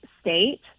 state